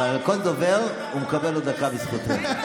על כל דובר הוא מקבל עוד דקה בזכות זה.